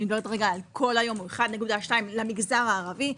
מדברת על כל היום הוא 1.2 למגזר הערבי,